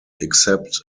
except